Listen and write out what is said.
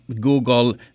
Google